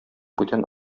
бүтән